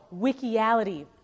wikiality